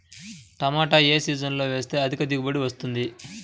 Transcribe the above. టమాటా ఏ సీజన్లో వేస్తే అధిక దిగుబడి వస్తుంది?